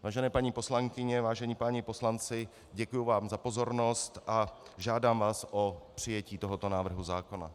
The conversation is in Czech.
Vážené paní poslankyně, vážení páni poslanci, děkuji vám za pozornost a žádám vás o přijetí tohoto návrhu zákona.